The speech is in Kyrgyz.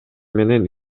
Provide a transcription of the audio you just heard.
менен